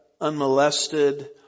unmolested